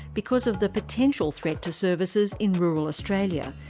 because of the potential threat to services in rural australia,